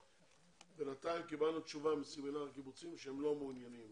בינתיים קיבלנו תשובה מסמינר הקיבוצים שהם לא מעוניינים